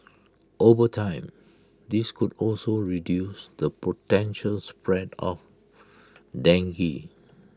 over time this could also reduce the potential spread of dengue